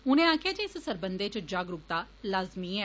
उने आक्खेआ जे इस सरबंधै च जागरुकता लाज़मी ऐ